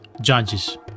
judges